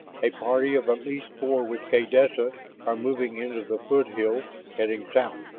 a party of at least four with kaydessa are moving into the foothills, heading south.